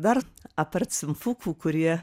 dar apart simfukų kurie